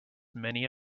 many